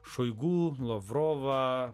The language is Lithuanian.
šuigu lavrovą